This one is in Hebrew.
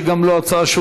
שגם לו הצעה,